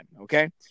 okay